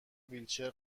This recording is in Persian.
ویلچر